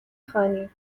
خوانید